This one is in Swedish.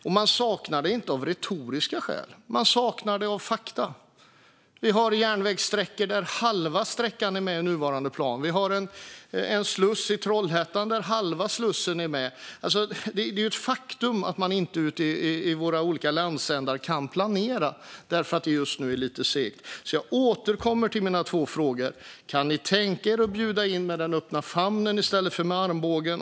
Och de saknar det inte av retoriska skäl; de saknar det på grund av fakta. Det finns järnvägssträckor där halva sträckan är med i nuvarande plan. Det finns en sluss i Trollhättan där halva slussen är med. Det är ett faktum att man inte kan planera ute i våra olika landsändar därför att det just nu är lite segt. Jag återkommer därför till mina två frågor. Kan ni tänka er att bjuda in med den öppna famnen i stället för med armbågen?